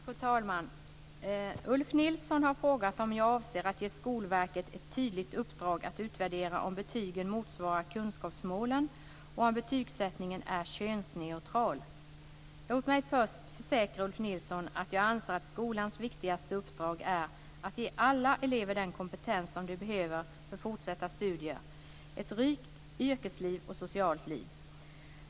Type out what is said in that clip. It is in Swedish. Fru talman! Ulf Nilsson har frågat om jag avser att ge Skolverket ett tydligt uppdrag att utvärdera om betygen motsvarar kunskapsmålen och om betygssättningen är könsneutral. Låt mig först försäkra Ulf Nilsson att jag anser att skolans viktigaste uppdrag är att ge alla elever den kompetens som de behöver för fortsatta studier, ett rikt yrkesliv och socialt liv.